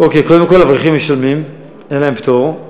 אוקיי, קודם כול אברכים משלמים, אין להם פטור.